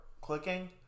clicking